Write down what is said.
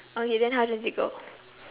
okay then how does it go